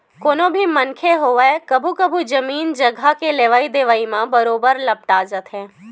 कोनो भी मनखे होवय कभू कभू जमीन जघा के लेवई देवई म बरोबर लपटा जाथे